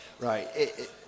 Right